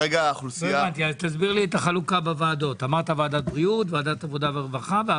אמרת ועדת הבריאות, ועדת עבודה ורווחה.